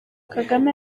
kagame